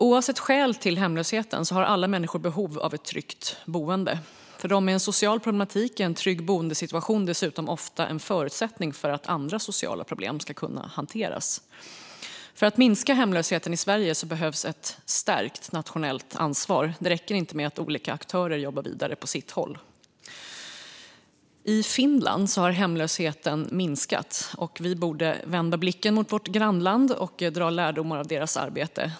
Oavsett skäl till hemlösheten har alla människor behov av ett tryggt boende. För dem med social problematik är en trygg boendesituation dessutom ofta en förutsättning för att sociala problem ska kunna hanteras. För att minska hemlösheten i Sverige behövs ett stärkt nationellt ansvar. Det räcker inte med att olika aktörer jobbar vidare på sitt håll. I Finland har hemlösheten minskat, och vi borde vända blicken mot vårt grannland och dra lärdomar av deras arbete.